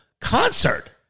concert